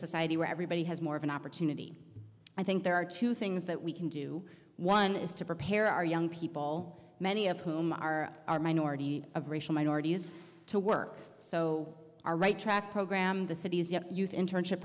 society where everybody has more of an opportunity i think there are two things that we can do one is to prepare our young people many of whom are our minority of racial minorities to work so our right track program the city's youth internship